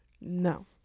No